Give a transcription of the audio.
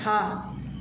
छ